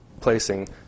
placing